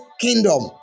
kingdom